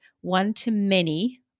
one-to-many